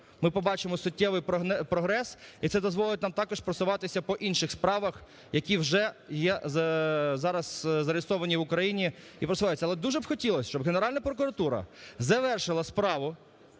ми побачимо суттєвий прогрес, і це дозволить нам також просуватися по інших справах, які вже є зараз зареєстровані в Україні і просуваються. Але дуже б хотілось, щоб Генеральна прокуратура завершила справу